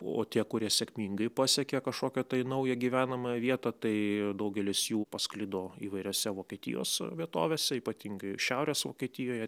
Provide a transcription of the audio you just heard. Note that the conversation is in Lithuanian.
o tie kurie sėkmingai pasiekė kažkokią tai naują gyvenamąją vietą tai daugelis jų pasklido įvairiose vokietijos vietovėse ypatingai šiaurės vokietijoje